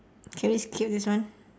can we skip this one